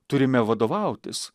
turime vadovautis